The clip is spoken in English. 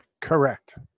Correct